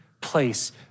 place